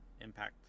impact